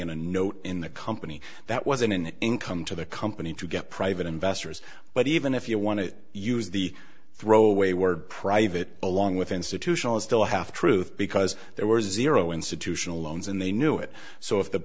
in a note in the company that wasn't an income to the company to get private investors but even if you want to use the throwaway word private along with institutional is still half truth because there were zero institutional loans and they knew it so if the